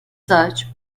such